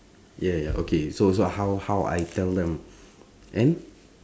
yeah ya okay so so how how I tell them and